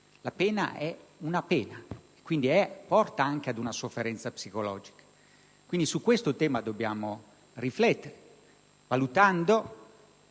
la pena è una pena e quindi porta anche ad una sofferenza psicologica. Su questo tema dobbiamo quindi riflettere, valutando